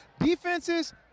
Defenses